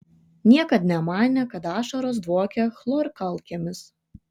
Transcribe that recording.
niekad nemanė kad ašaros dvokia chlorkalkėmis